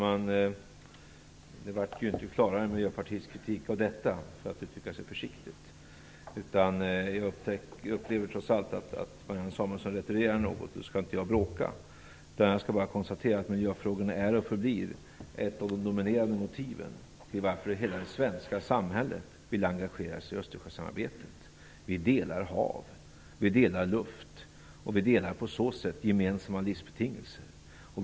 Fru talman! Miljöpartiets kritik blev inte klarare av detta, för att uttrycka sig försiktigt. Jag upplever trots allt att Marianne Samuelsson retirerar något. Då skall inte jag bråka. Jag skall bara konstatera att miljöfrågorna är och förblir ett av de dominerande motiven till varför hela det svenska samhället vill engagera sig i Östersjösamarbetet. Vi delar hav, vi delar luft och vi delar på så sätt gemensamma livsbetingelser.